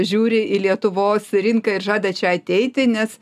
žiūri į lietuvos rinką ir žada čia ateiti nes